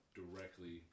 directly